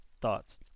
thoughts